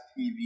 TV